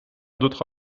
d’autre